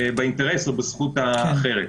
באינטרס או בזכות האחרת.